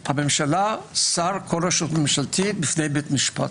הממשלה, שר, כל רשות ממשלתית בפני בית משפט.